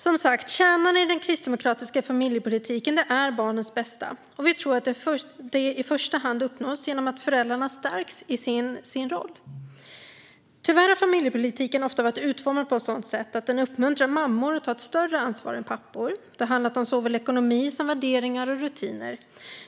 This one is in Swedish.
Som sagt: Kärnan i den kristdemokratiska familjepolitiken är barnets bästa, och vi tror att det i första hand uppnås genom att föräldrarna stärks i sin roll. Tyvärr har familjepolitiken ofta varit utformad på ett sådant sätt att den uppmuntrat mammor att ta ett större ansvar än pappor. Det har handlat om såväl ekonomi som värderingar och rutiner.